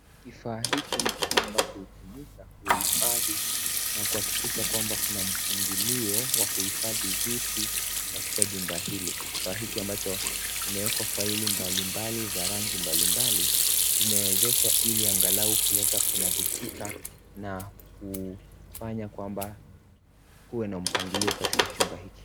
Kifaa hiki ni kifaa ambacho hutumika kuhifadhi na kuhakikisha kwamba kuna mpangilio wa kuhifadhi vitu katika chumba hili. Kifaa hiki ambacho kimewekwa faili mbalimbali za rangi mbalimbali zimewezesha ili angalau kuleta kunadhifika na kufanya kwamba kuwe na mpangilio katika chumba hiki.